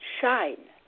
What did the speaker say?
shine